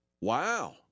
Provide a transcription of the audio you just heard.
Wow